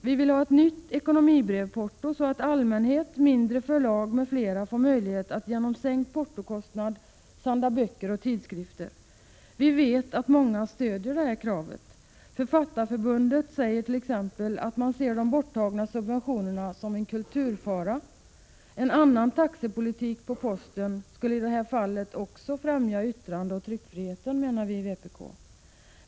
Vi vill ha ett nytt ekonomibrevporto, så att allmänhet, mindre förlag m.fl. får möjlighet att genom sänkt portokostnad sända böcker och tidskrifter. Vi vet att många stödjer vårt krav. Författarförbundet säger t.ex. att man ser de borttagna subventionerna som en kulturfara. En annan taxepolitik på posten skulle i det här fallet också främja yttrandeoch tryckfriheten, menar vi i vpk.